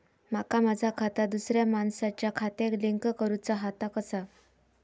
माका माझा खाता दुसऱ्या मानसाच्या खात्याक लिंक करूचा हा ता कसा?